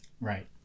Right